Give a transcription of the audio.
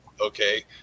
okay